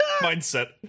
mindset